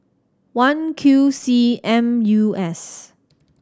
one Q C M U S